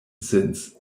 since